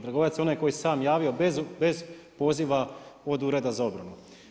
Dragovoljac je onoj koji se sam javio bez poziva od Ureda za obranu.